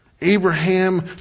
Abraham